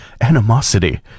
animosity